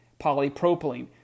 polypropylene